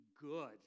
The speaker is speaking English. good